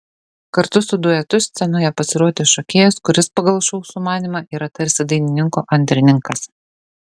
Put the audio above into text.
kartu su duetu scenoje pasirodė šokėjas kuris pagal šou sumanymą yra tarsi dainininko antrininkas